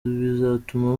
bizatuma